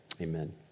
amen